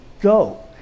go